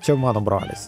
čia mano brolis